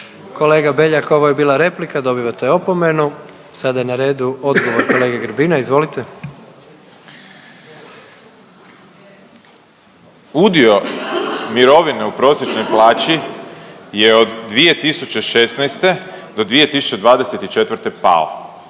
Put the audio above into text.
Kolega Beljak, ovo je bila replika. Dobivate opomenu. Sada je na redu odgovor kolege Grbina, izvolite. **Grbin, Peđa (SDP)** Udio mirovine u prosječnoj plaći je od 2016. do 2024. pao,